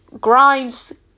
Grimes